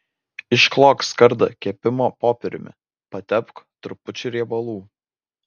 išklok skardą kepimo popieriumi patepk trupučiu riebalų